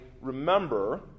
remember